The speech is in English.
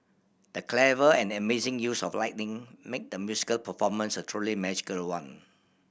the clever and amazing use of lighting made the musical performance a truly magical one